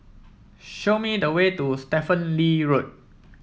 show me the way to Stephen Lee Road